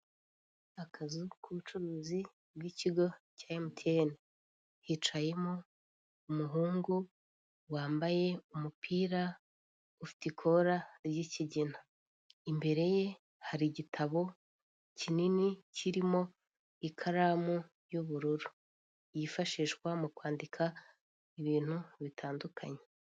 Akazu k'ubucuruzi k'ikigo cya emutiyene, hicayemo umuhungu wambaye umupira ufite ikora ry'ikigina. Imbere ye hari igitabo kinini kirimo ikaramu y'ubururu yifashishwa mu kwandika inintu bitandukanye.